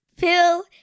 Bill